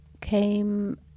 came